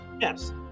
Yes